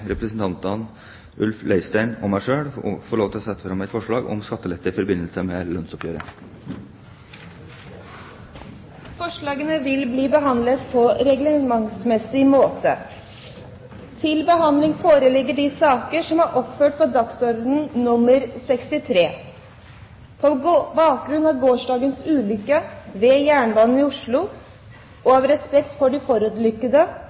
representanten Ulf Leirstein og meg selv få lov til å sette fram et forslag om skattelette i forbindelse med lønnsoppgjøret. Forslagene vil bli behandlet på reglementsmessig måte. På bakgrunn av gårsdagens ulykke ved jernbanen i Oslo og